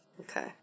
Okay